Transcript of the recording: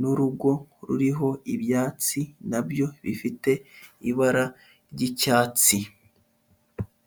n'urugo ruriho ibyatsi na byo bifite ibara ry'icyatsi.